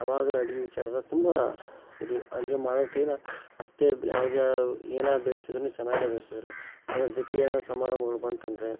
ಯಾವಾಗಲೂ ಅಡುಗೆ ವಿಚಾರದಾಗ ತುಂಬ ಇದು ಅಡುಗೆ ಮಾಡೊ ಹೊತ್ತಿಗೆನಾ ಅಷ್ಟೇ ಯಾವುದೇ ಏನೇ ಬೇಯ್ಸಿದ್ರೂನೂ ಚೆನ್ನಾಗೆ ಬೇಯಿಸೋರು ಅದರ ಜೊತೆ ಏನಾರ ಸಮಾರಂಭಗಳ್ ಬಂತಂದರೆ